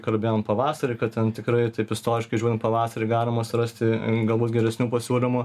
kalbėjom pavasarį kad ten tikrai taip istoriškai žiūrint pavasarį galima surasti galbūt geresnių pasiūlymų